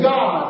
God